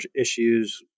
issues